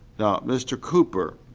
now, mr. cooper,